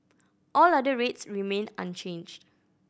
all other rates remain unchanged